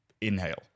inhale